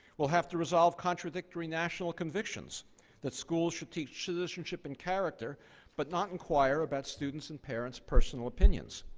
we'll have to resolve contradictory national convictions that schools should teach citizenship and character but not inquire about students' and parents' personal opinions.